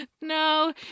no